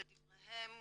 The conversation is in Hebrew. לדבריהם,